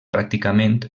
pràcticament